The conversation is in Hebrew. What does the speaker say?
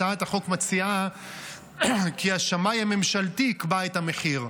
הצעת החוק מציעה כי השמאי הממשלתי יקבע את המחיר.